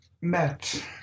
met